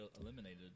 eliminated